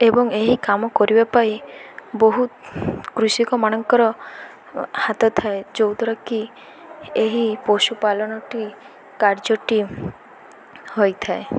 ଏବଂ ଏହି କାମ କରିବା ପାଇଁ ବହୁତ କୃଷକ ମାନଙ୍କର ହାତ ଥାଏ ଯୋଉଦ୍ୱାରା କି ଏହି ପଶୁପାଳନଟି କାର୍ଯ୍ୟଟି ହୋଇଥାଏ